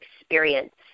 experience